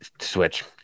Switch